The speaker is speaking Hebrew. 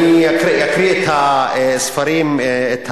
אקריא את הנתונים על